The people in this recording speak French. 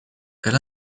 elle